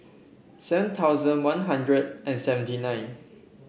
seven thousand One Hundred and seventy nine